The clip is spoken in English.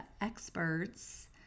experts